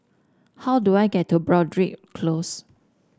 how do I get to Broadrick Close